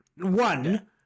One